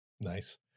Nice